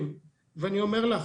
אני אומר לך,